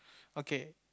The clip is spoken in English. okay